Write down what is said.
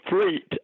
fleet